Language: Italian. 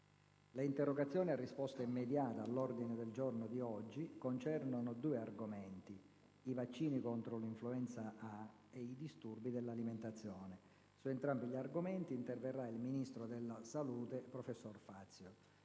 Le interrogazioni all'ordine del giorno di oggi concernono due argomenti: i vaccini contro l'influenza A e i disturbi dell'alimentazione. Su entrambi gli argomenti interverrà il ministro della salute, professor Fazio.